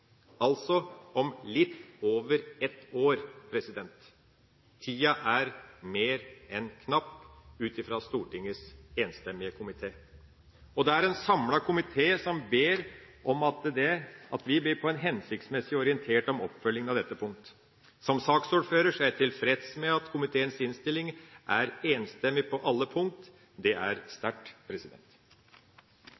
altså om litt over ett år. Tida er mer enn knapp, ut fra Stortingets enstemmige komité. Det er en samlet komité som ber om at vi på en hensiktsmessig måte blir orientert om oppfølgingen av dette punktet. Som saksordfører er jeg tilfreds med at komiteens innstilling er enstemmig på alle punkt. Det er